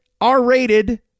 R-rated